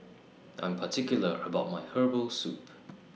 I'm particular about My Herbal Soup